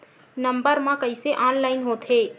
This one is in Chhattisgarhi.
नम्बर मा कइसे ऑनलाइन होथे?